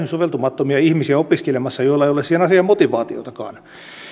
soveltumattomia ihmisiä opiskelemassa joilla ei ole siihen asiaan motivaatiotakaan